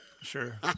Sure